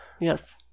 Yes